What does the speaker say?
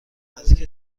نزدیک